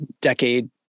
decade